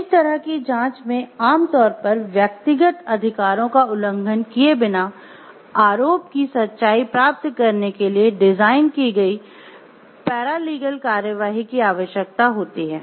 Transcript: इस तरह की जांच में आमतौर पर व्यक्तिगत अधिकारों का उल्लंघन किए बिना आरोप की सच्चाई प्राप्त करने के लिए डिज़ाइन की गई पैरालीगल कार्यवाही की आवश्यकता होती है